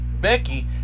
Becky